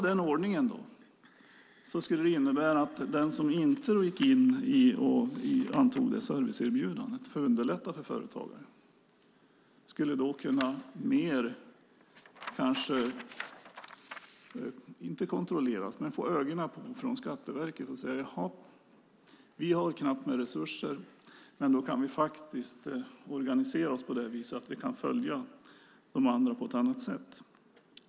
Den ordningen skulle innebära att den som inte antog serviceerbjudandet för att underlätta för företagare skulle få ögonen från Skatteverket på sig. Skatteverket skulle med knappa resurser få möjlighet att följa dem på ett annat sätt.